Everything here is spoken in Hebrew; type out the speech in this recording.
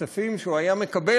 בכספים שהיה מקבל,